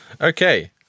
Okay